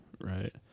right